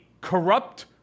corrupt